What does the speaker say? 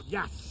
Yes